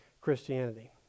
Christianity